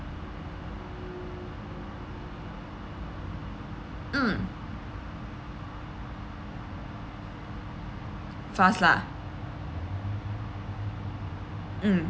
mm fast lah mm